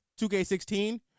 2K16